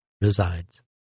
resides